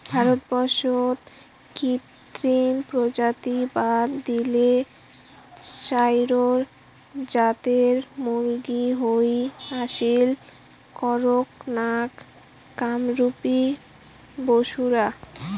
ভারতবর্ষত কৃত্রিম প্রজাতি বাদ দিলে চাইর জাতের মুরগী হই আসীল, কড়ক নাথ, কামরূপী, বুসরা